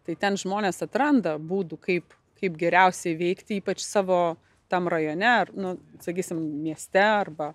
tai ten žmonės atranda būdų kaip kaip geriausiai veikti ypač savo tam rajone ar nu sakysim mieste arba